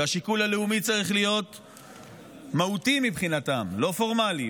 שהשיקול הלאומי צריך להיות מהותי מבחינתם ולא פורמלי,